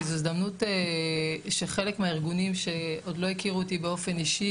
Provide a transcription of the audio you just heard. כי זו הזדמנות שחלק מהארגונים שעוד לא הכירו אותי באופן אישי,